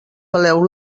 peleu